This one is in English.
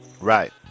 Right